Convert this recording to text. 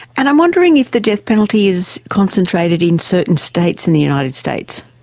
and i'm wondering if the death penalty is concentrated in certain states in the united states.